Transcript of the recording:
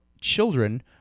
children